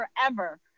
forever